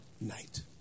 night